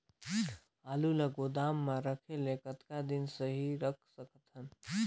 आलू ल गोदाम म रखे ले कतका दिन सही रख सकथन?